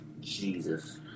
Jesus